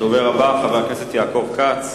הדובר הבא, חבר הכנסת יעקב כץ,